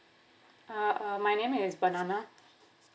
uh uh my name is banana